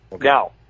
Now